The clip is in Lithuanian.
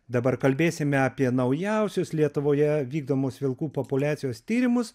dabar kalbėsime apie naujausius lietuvoje vykdomos vilkų populiacijos tyrimus